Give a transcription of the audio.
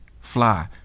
fly